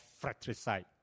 fratricide